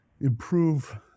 improve